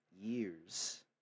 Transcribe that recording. years